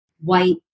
white